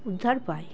উদ্ধার পাই